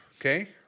Okay